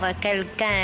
quelqu'un